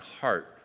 heart